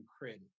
Credit